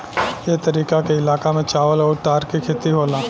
ए तरीका के इलाका में चावल अउर तार के खेती होला